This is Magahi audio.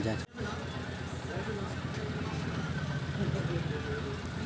सोयाबीनेर तेल सोयाबीन स निकलाल जाछेक